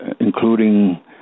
including